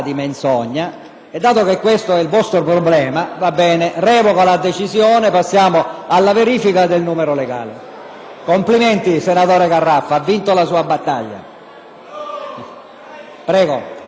e dato che questo è il vostro problema, va bene, revoco la decisione: procediamo alla verifica del numero legale. Complimenti, senatore Garraffa, ha vinto la sua battaglia!